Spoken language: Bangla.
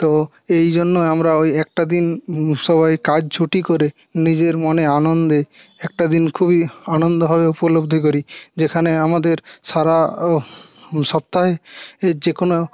তো এই জন্য আমরা ওই একটা দিন সবাই কাজ ছুটি করে নিজের মনে আনন্দে একটা দিন খুবই আনন্দভাবে উপলব্ধি করি যেখানে আমাদের সারা সপ্তাহে যে কোনো